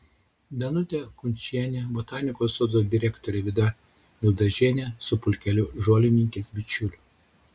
danutė kunčienė botanikos sodo direktorė vida mildažienė su pulkeliu žolininkės bičiulių